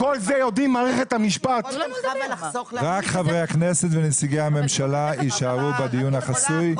רק חברי הכנסת ונציגי הממשלה יישארו בדיון החסוי,